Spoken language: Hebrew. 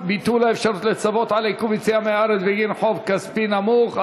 ביטול האפשרות לצוות על עיכוב יציאה מהארץ בגין חוב כספי נמוך),